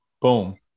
Boom